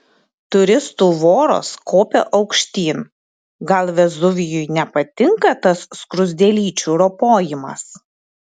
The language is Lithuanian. turistų voros kopia aukštyn gal vezuvijui nepatinka tas skruzdėlyčių ropojimas